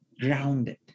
grounded